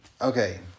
Okay